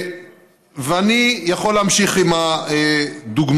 ואני יכול להמשיך עם הדוגמאות.